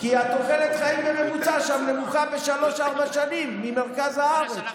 כי תוחלת החיים בממוצע שם נמוכה בשלוש-ארבע שנים מבמרכז הארץ.